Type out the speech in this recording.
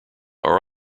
are